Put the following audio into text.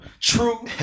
True